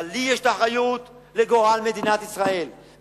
אבל לי האחריות לגורל מדינת ישראל,